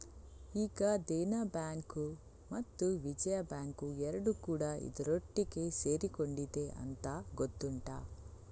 ಈಗ ದೇನಾ ಬ್ಯಾಂಕು ಮತ್ತು ವಿಜಯಾ ಬ್ಯಾಂಕು ಎರಡೂ ಕೂಡಾ ಇದರೊಟ್ಟಿಗೆ ಸೇರಿಕೊಂಡಿದೆ ಅಂತ ಗೊತ್ತುಂಟಾ